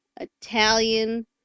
Italian